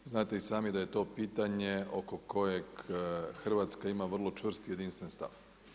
Znate i sami da je to pitanje oko kojeg Hrvatska ima vrlo čvrst i jedinstven stav.